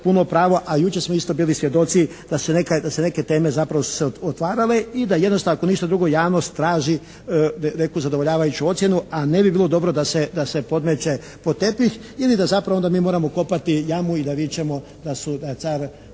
puno pravo, a jučer smo isto bili svjedoci da se neke teme zapravo su se otvarale i da jednostavno ako ništa drugo javnost traži neku zadovoljavajuću ocjenu a ne bi bilo dobro da se podmeće pod tepih, ili da zapravo onda mi moramo kopati jamu i da vičemo da car